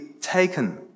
taken